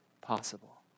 possible